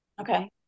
okay